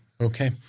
okay